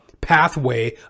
pathway